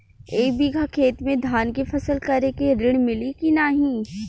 एक बिघा खेत मे धान के फसल करे के ऋण मिली की नाही?